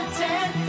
ten